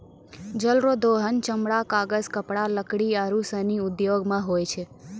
जल रो दोहन चमड़ा, कागज, कपड़ा, लकड़ी आरु सनी उद्यौग मे होय छै